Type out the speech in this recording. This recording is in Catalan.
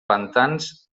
pantans